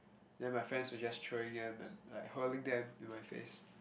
then my friends were just throwing them and like hurling them in my face